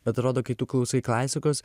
atrodo kai tu klausai klasikos